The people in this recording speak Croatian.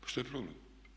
Pa što je problem?